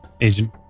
Agent